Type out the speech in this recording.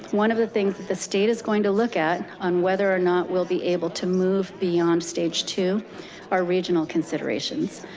one of the things that the state is going to look at on whether or not we'll be able to move beyond stage two are regional considerations.